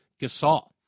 Gasol